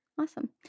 Awesome